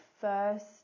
first